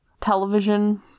television